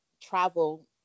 travel